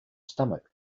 stomach